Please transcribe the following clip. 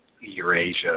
Eurasia